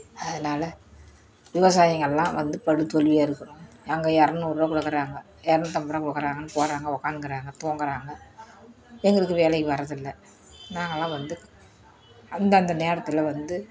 அதனால விவசாயங்கள்லாம் வந்து படும் தோல்வியா இருக்குறோம் அங்கே இரநூறு ரூபா கொடுக்குறாங்க இரநூத்தம்பது ரூபா கொடுக்குறாங்கன்னு போகறாங்க உக்காதுக்குறாங்க தூங்குறாங்க எங்களுக்கு வேலை வரதில்லை நாங்கல்லாம் வந்து அந்தந்த நேரத்தில் வந்து